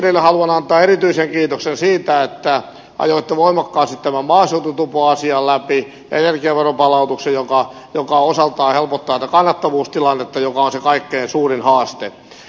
ministerille haluan antaa erityisen kiitoksen siitä että ajoitte voimakkaasti tämän maaseututupoasian läpi ja energiaveron palautuksen joka osaltaan helpottaa tätä kannattavuustilannetta joka on se kaikkein suurin haaste